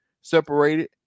separated